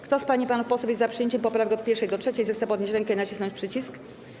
Kto z pań i panów posłów jest za przyjęciem poprawek od 1. do 3., zechce podnieść rękę i nacisnąć przycisk.